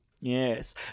Yes